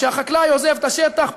כשהחקלאי עוזב את השטח,